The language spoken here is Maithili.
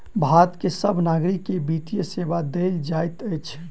भारत के सभ नागरिक के वित्तीय सेवा देल जाइत अछि